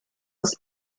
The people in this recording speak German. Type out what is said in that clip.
aus